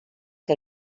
que